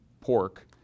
pork